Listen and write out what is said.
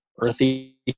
earthy